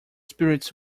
spirits